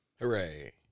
Hooray